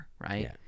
right